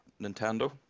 Nintendo